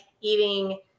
eating